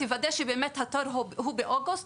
תוודא שבאמת התור הוא באוגוסט.